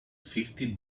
fifty